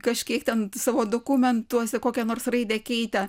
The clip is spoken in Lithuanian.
kažkiek ten savo dokumentuose kokią nors raidę keitė